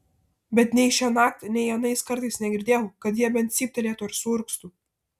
bet nei šiąnakt nei anais kartais negirdėjau kad jie bent cyptelėtų ar suurgztų